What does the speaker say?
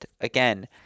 again